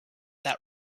that